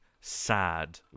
sad